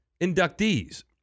inductees